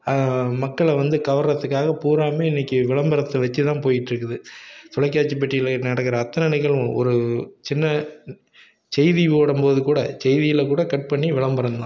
அதை மக்கள் வந்து கவர்கிறத்துக்காக பூராவும் இன்றைக்கி விளம்பரத்தை வச்சு தான் போயிட்டு இருக்குது தொலைக்காட்சி பெட்டியில் நடக்கிற அத்தனை நிகழ்வும் ஒரு சின்ன செய்தி ஓடும் போது கூட செய்தியில் கூட கட் பண்ணி விளம்பரம் தான்